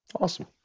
Awesome